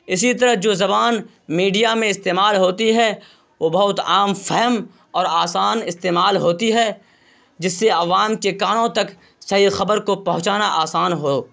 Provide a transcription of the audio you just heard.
اسی طرح جو زبان میڈیا میں استعمال ہوتی ہے وہ بہت عام فہم اور آسان استعمال ہوتی ہے جس سے عوام کے کانوں تک صحیح خبر کو پہنچانا آسان ہو